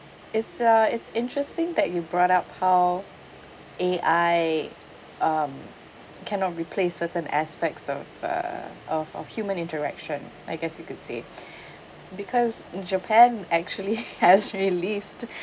it's uh it's interesting that you brought up how A_I um cannot replace certain aspects of uh of of human interaction I guess you could see it because in japan actually has released